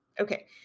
Okay